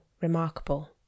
remarkable